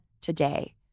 today